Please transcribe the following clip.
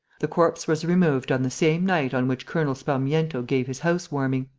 the corpse was removed on the same night on which colonel sparmiento gave his house-warming.